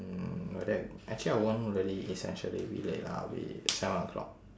mm like that actually I won't really essentially be late lah I'll be seven o'clock